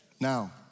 Now